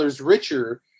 richer